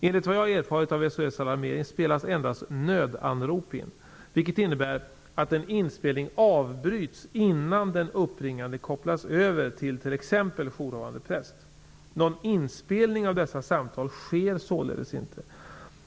Enligt vad jag erfarit av SOS Alarmering spelas endast nödanrop in, vilket innebär att en inspelning avbryts innan den uppringande kopplas över till t.ex. jourhavande präst. Någon inspelning av dessa samtal sker således inte.